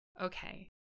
okay